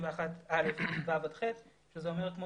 לפי סעיף 31א(ו) עד (ח) שזה אומר כמו